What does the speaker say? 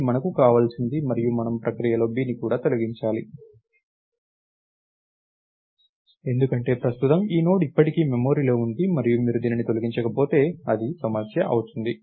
ఇది మనకు కావలసినది మరియు మనము ప్రక్రియలో bని కూడా తొలగించాలి ఎందుకంటే ప్రస్తుతం ఈ నోడ్ ఇప్పటికీ మెమరీలో ఉంది మరియు మీరు దానిని తొలగించకపోతే అది సమస్య అవుతుంది